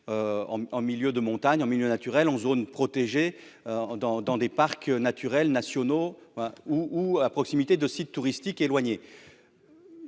en milieu de montagne en milieu naturel en zone protégée en dans dans des parcs naturels nationaux ou ou à proximité de sites touristiques, il